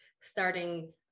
starting